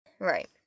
Right